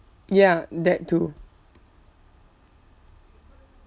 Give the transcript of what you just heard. ya that too